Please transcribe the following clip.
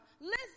listen